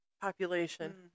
population